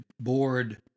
board